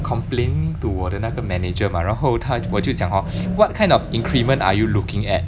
complaining to 我的那个 manager mah 然后他我就讲 hor what kind of increment are you looking at